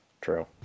True